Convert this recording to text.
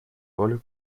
роль